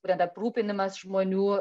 bųtent aprūpinimas žmonių